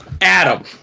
Adam